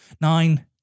nine